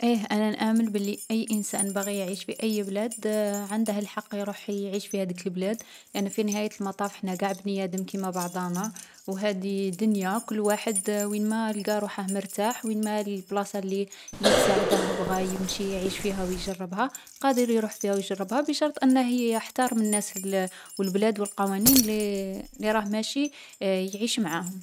ايه أنا نآمن بلي أي انسان باغي يعيش في أي بلاد عنده الحق يروح يعيش في هاذيك لبلاد لأن في نهاية المطاف حنا قاع بنيادم كيما بعضانا و هاذي دنيا كل واحد وين ما لقا روحه مرتاح وين ما لـ البلاصة لي لي تساعده بغا يمشي يعيش فيها و يجربها. قادر يروح فيها و يجربها، بشرط أنه يحترم الناس لي و البلاد و القوانين لي لي راه ماشي يعيش معاهم.